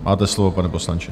Máte slovo, pane poslanče.